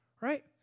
right